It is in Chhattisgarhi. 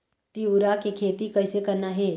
तिऊरा के खेती कइसे करना हे?